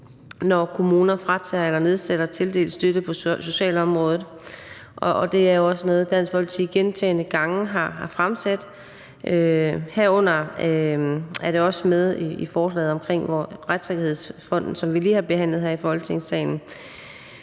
når kommuner fratager eller nedsætter tildelt støtte på socialområdet, og det er jo også noget, Dansk Folkeparti gentagne gange har fremsat, herunder er det også med i forslaget omkring Retssikkerhedsfonden, som vi lige har behandlet her i Folketingssalen.